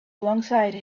alongside